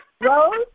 Rose